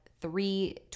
three